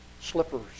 slippers